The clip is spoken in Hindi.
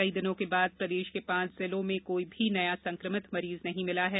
कई दिनों के बाद प्रदेश के पांच जिलों में कोई भी नया संक्रमित मरीज नहीं मिला है